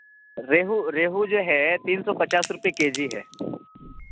ریہو ریہو جو ہے تین سو پچاس روپے کے جی ہے